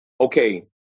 okay